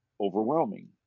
overwhelming